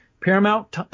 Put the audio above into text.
Paramount